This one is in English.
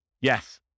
Yes